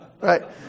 right